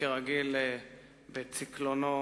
שכרגיל בצקלונו